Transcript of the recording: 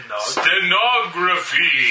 Stenography